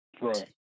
Right